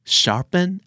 sharpen